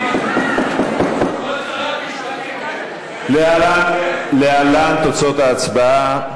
הדמוקרטיה --- להלן תוצאות ההצבעה: